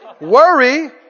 Worry